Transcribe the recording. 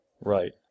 right